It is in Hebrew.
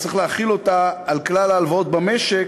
אז צריך להחיל אותה על כלל ההלוואות במשק,